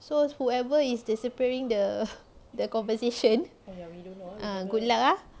so whoever is the separating the the conversation ah good luck ah